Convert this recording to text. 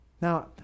Now